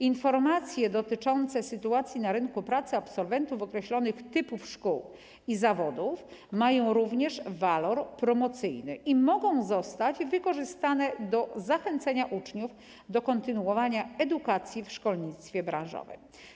Informacje dotyczące sytuacji na rynku pracy absolwentów określonych typów szkół i zawodów mają również walor promocyjny i mogą zostać wykorzystane do zachęcenia uczniów do kontynuowania edukacji w szkolnictwie branżowym.